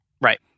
Right